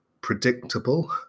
predictable